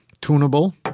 tunable